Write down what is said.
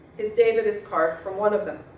his david his part from one of them.